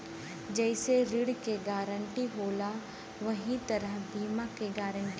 जइसे ऋण के गारंटी होला वही तरह बीमा क गारंटी होला